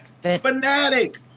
Fanatic